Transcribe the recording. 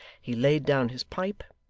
he laid down his pipe,